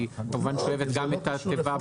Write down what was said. שהיא כמובן שואבת גם את הבשר,